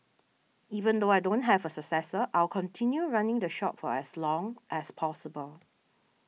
even though I don't have a successor I'll continue running the shop for as long as possible